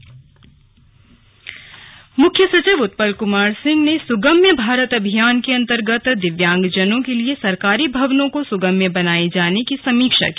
slug Sugamya Bharat Abhiyan मुख्य सचिव उत्पल कुमार सिंह ने सुगम्य भारत अभियान के अन्तर्गत दिव्यांगजनों के लिए सरकारी भवनों को सुगम्य बनाये जाने की समीक्षा की